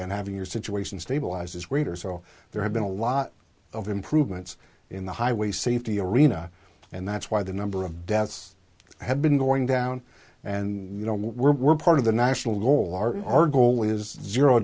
and having your situation stabilizes greater so there have been a lot of improvements in the highway safety arena and that's why the number of deaths have been going down and you know what we're part of the national goal our our goal is zero